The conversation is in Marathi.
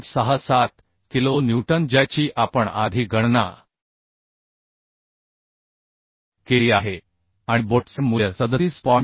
67 किलो न्यूटन ज्याची आपण आधी गणना केली आहे आणि बोल्टचे मूल्य 37